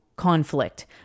conflict